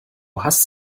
hast